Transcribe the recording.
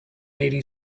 eighty